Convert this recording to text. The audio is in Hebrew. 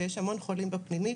שיש המון חולים בפנימית